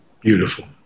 Beautiful